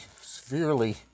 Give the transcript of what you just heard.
severely